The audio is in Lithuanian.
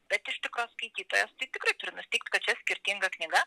bet iš tikro skaitytojas tai tikrai turi nusiteikt kad čia skirtinga knyga